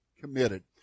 committed